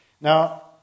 Now